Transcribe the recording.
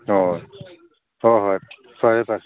ꯍꯣꯏ ꯍꯣꯏ ꯍꯣꯏ ꯐꯔꯦ ꯐꯔꯦ